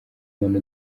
mbona